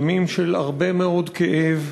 ימים של הרבה מאוד כאב,